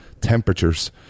temperatures